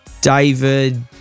David